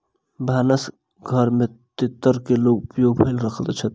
भानस घर में तेतैर के उपयोग भ रहल छल